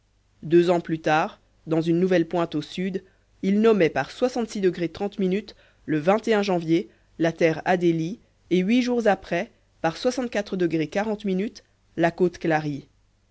deux ans plus tard dans une nouvelle pointe au sud il nommait par le janvier la terre adélie et huit jours après par la côte